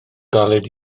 galed